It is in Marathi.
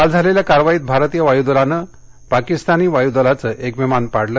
काल झालेल्या कारवाईत भारतीय वायू दलानं काल पाकिस्तानी वायू दलाचं एक विमान पाडलं